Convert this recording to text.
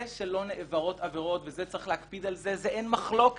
זה שלא נעברות עבירות וזה שצריך להקפיד על זה אין מחלוקת,